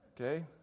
Okay